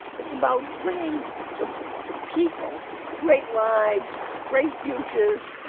it's about bringing to to people great lives, great futures,